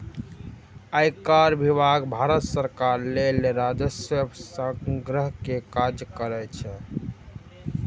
आयकर विभाग भारत सरकार लेल राजस्व संग्रह के काज करै छै